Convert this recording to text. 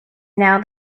now